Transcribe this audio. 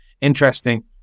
interesting